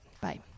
bye